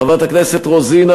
חברת הכנסת רוזין,